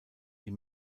die